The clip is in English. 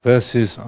Verses